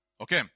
Okay